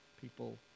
people